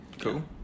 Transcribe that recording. Cool